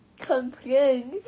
complain